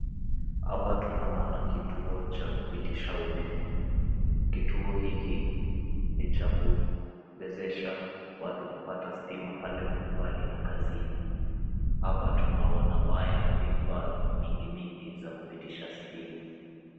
Hapa tunona kituo cha kupitisha umeme ,kituo hiki ni cha kuwezesha watu kupata stima pale manyumbani na kazini. Hapa tunaona waya na vifaa mingimingi za kupitisha stima.